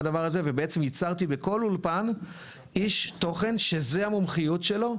בדבר הזה ובעצם ייצרתי בכל אולפן איש תוכן שזו המומחיות שלו,